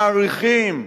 מעריכים,